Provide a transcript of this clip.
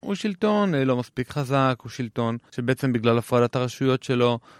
הוא שלטון לא מספיק חזק, הוא שלטון שבעצם בגלל הפעלת הרשויות שלו